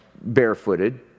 barefooted